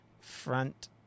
front